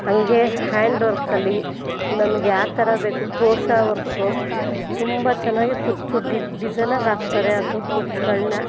ಹಾಗೆ ಹ್ಯಾಂಡ್ ವರ್ಕಲ್ಲಿ ನಮ್ಗೆ ಯಾವ ಥರ ಬೇಕು ಕ್ರೋಷಾ ವರ್ಕು ತುಂಬ ಚೆನ್ನಾಗಿ ಕುಚ್ಚು ಡಿಸೈನಾಗಿ ಹಾಕ್ತಾರೆ ಅದು ಕುಚ್ಚುಗಳ್ನ